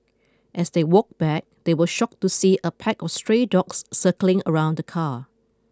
as they walked back they were shocked to see a pack of stray dogs circling around the car